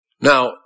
Now